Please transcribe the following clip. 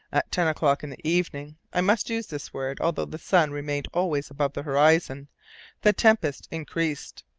at ten o'clock in the evening i must use this word, although the sun remained always above the horizon the tempest increased,